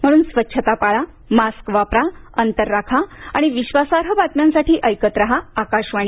म्हणन स्वच्छता पाळा मास्क वापरा अंतर राखा आणि विश्वासार्ह बातम्यांसाठी ऐकत राहा आकाशवाणी